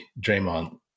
Draymond